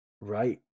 Right